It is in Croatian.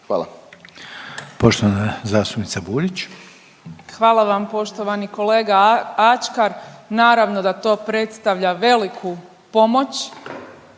Burić. **Burić, Majda (HDZ)** Hvala vam poštovani kolega Ačkar. Naravno da to predstavlja veliku pomoć